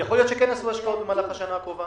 יכול להיות שכן עשו השקעות במהלך השנה האחרונה,